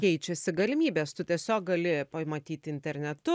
keičiasi galimybės tu tiesiog gali pamatyti internetu